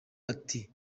ati